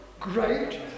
great